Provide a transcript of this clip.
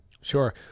sure